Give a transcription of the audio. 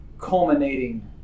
culminating